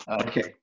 okay